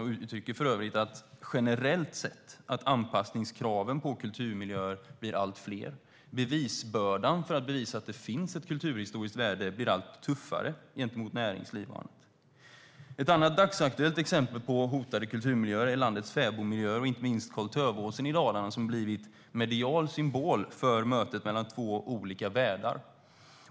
Det uttrycker för övrigt att anpassningskraven på kulturmiljöer generellt sett blir allt fler. Bevisbördan för att bevisa att det finns ett kulturhistoriskt värde blir allt tuffare gentemot näringsliv och annat. Ett annat dagsaktuellt exempel på hotade kulturmiljöer är landets fä-bodmiljöer och inte minst Karl-Tövåsens i Dalarna. Den har blivit en medial symbol för mötet mellan två olika världar.